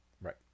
right